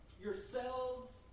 yourselves